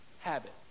Habit